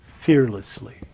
fearlessly